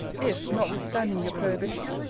if, notwithstanding your prohibition,